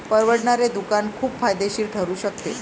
परवडणारे दुकान खूप फायदेशीर ठरू शकते